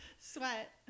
sweat